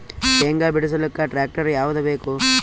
ಶೇಂಗಾ ಬಿಡಸಲಕ್ಕ ಟ್ಟ್ರ್ಯಾಕ್ಟರ್ ಯಾವದ ಬೇಕು?